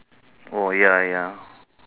oh ya ya